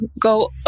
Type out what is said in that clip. go